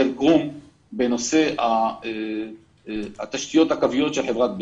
אל-כרום בנושא התשתיות הקוויות של חברת בזק.